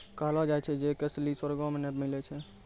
कहलो जाय छै जे कसैली स्वर्गो मे नै मिलै छै